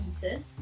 pieces